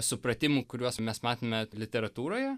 supratimų kuriuos mes matome literatūroje